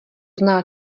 zná